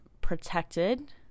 protected